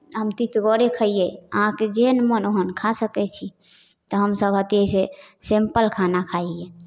हम तितगरे खइयै अहाँके जेहन मन ओहन खा सकै छी तऽ हमसभ हती से सिम्पल खाना खाइ हियै